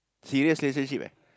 serious relationship eh